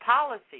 policies